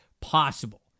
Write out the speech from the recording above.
possible